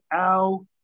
Ow